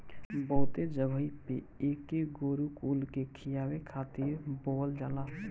बहुते जगही पे एके गोरु कुल के खियावे खातिर बोअल जाला